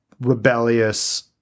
rebellious